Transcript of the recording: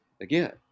again